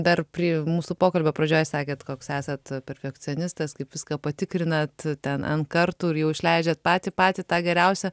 dar prie mūsų pokalbio pradžioj sakėt koks esat perfekcionistas kaip viską patikrinat ten n kartų ir jau išleidžiat patį patį tą geriausią